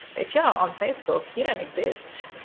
if you're not on facebook, you don't exist.